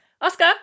Oscar